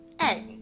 Hey